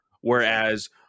Whereas